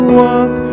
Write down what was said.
walk